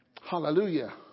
Hallelujah